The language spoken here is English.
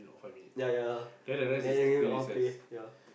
ya ya ya then in the end we all play ya